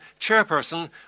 Chairperson